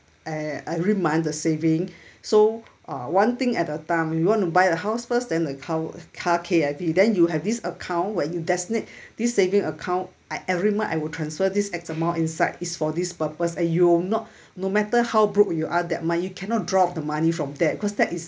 and every month the saving so uh one thing at a time you want to buy a house first then the car car K_I_V then you have this account where you designate this saving account I every month I will transfer this X amount inside it's for this purpose and you're not no matter how broke you are that month you cannot draw out of the money from there cause that is